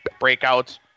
breakouts